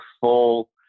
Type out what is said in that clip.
full